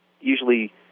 usually